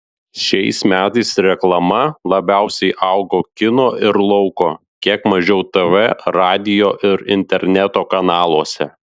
šiais metais reklama labiausiai augo kino ir lauko kiek mažiau tv radijo ir interneto kanaluose